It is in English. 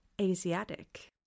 Asiatic